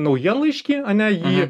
naujienlaiškį ane jį